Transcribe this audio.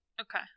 Okay